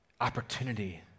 opportunity